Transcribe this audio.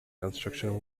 construction